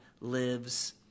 lives